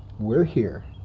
we're here.